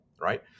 right